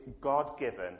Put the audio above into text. God-given